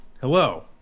hello